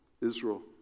Israel